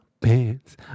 pants